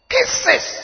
Kisses